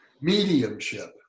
Mediumship